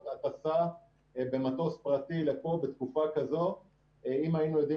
הטסה במטוס פרטי לפה בתקופה כזו אם היינו יודעים